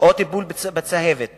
או טיפול בצהבת וכו',